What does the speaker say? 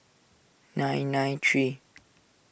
nine nine three